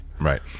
Right